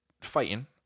fighting